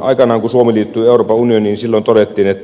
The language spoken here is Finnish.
aikanaan kun suomi liittyi euroopan unioniin todettiin